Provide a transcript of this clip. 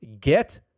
get